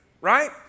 right